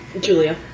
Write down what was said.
julia